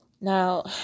Now